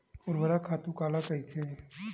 ऊर्वरक खातु काला कहिथे?